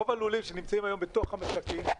רוב הלולים שנמצאים היום בתוך המשקים,